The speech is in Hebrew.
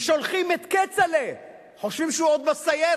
ושולחים את כצל'ה, חושבים שהוא עוד בסיירת.